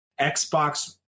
xbox